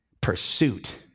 pursuit